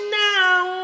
now